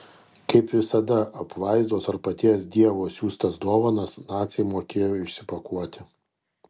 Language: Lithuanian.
kaip visada apvaizdos ar paties dievo siųstas dovanas naciai mokėjo išsipakuoti